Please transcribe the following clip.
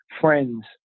friends